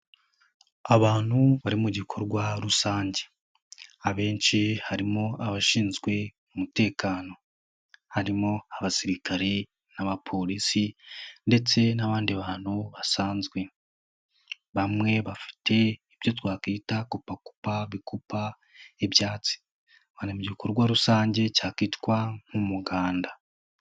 Abantu bari mu gikorwa rusange, abenshi harimo abashinzwe umutekano, harimo abasirikare n'abapolisi ndetse n'abandi bantu basanzwe, bamwe bafite ibyo twakwita kupakupa bikupa ibyatsi, bari mu gikorwa rusange twakwitwa nk'umuganda.